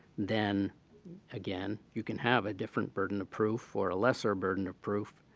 then again, you can have a different burden of proof or a lesser burden of proof